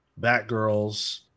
Batgirls